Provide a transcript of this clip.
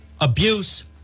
abuse